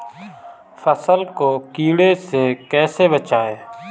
फसल को कीड़े से कैसे बचाएँ?